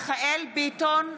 מיכאל מרדכי ביטון,